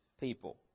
people